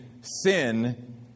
sin